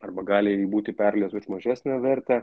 arba gali būti perlei už mažesnę vertę